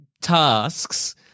tasks